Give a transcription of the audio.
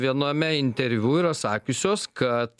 viename interviu yra sakiusios kad